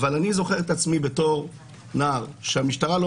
אבל אני זוכר את עצמי בתור נער שהמשטרה לא